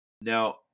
Now